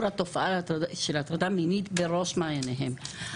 התופעה של הטרדה מינית בראש מעייניהם.